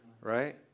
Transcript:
right